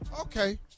Okay